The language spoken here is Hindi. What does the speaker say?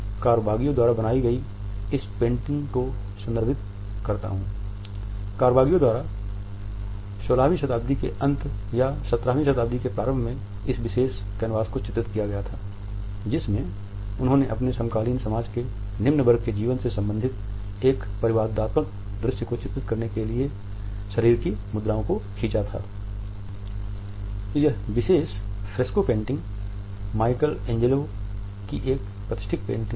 कारवागियो द्वारा 16 वीं शताब्दी के अंत या 17 वीं सदी के प्रारंभ में इस विशेष कैनवास को चित्रित किया गया था जिसमे उन्होंने अपने समकालीन समाज के निम्न वर्ग के जीवन से संबंधित एक परिवादात्मक दृश्य को चित्रित करने के लिए शरीर की मुद्राओं को खींचा यह विशेष फ्रेस्को पेंटिंग माइकल एंजेलो की एक प्रतिष्ठित पेंटिंग है